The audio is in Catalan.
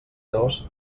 dos